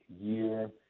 year